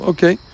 Okay